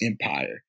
empire